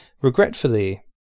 Regretfully